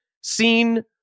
seen